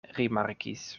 rimarkis